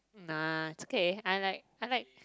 nah it's okay I like I like